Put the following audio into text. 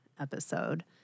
episode